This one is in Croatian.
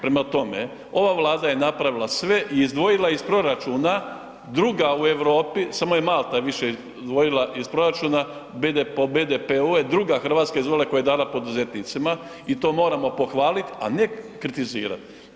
Prema tome, ova Vlada je napravila sve i izdvojila iz proračuna, druga u Europi, samo je Malta više izdvojila iz proračuna, po BDP-u je druga RH izdvojila koja je dala poduzetnicima i to moramo pohvalit, a ne kritizirat.